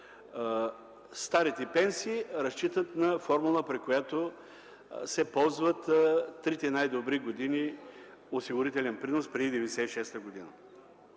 старите пенсии разчитат на формула, при която се ползват трите най-добри години осигурителен принос преди 1996 г.